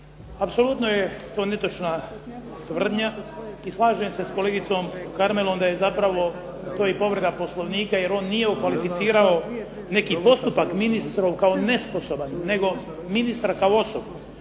Apsolutno je to netočna tvrdnja. I slažem se s kolegicom Karmelom da je zapravo to i povreda Poslovnika, jer on nije okvalificirao neki postupak ministru kao nesposoban, nego ministra kao osobu.